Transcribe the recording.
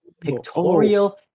pictorial